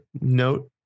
note